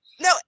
No